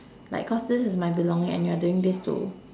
like cause this is my belonging and you are doing this to